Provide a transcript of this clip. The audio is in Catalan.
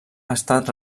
estat